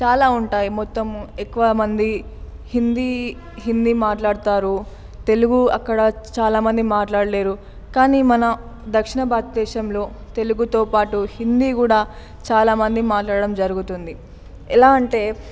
చాలా ఉంటాయి మొత్తము ఎక్కువమంది హిందీ హిందీ మాట్లాడతారు తెలుగు అక్కడ చాలామంది మాట్లాడలేరు కానీ మన దక్షిణ భారతదేశంలో తెలుగుతోపాటు హిందీ కూడా చాలామంది మాట్లాడడం జరుగుతుంది ఎలా అంటే